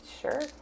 Sure